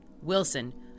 Wilson